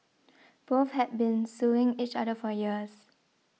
both had been suing each other for years